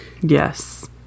Yes